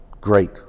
Great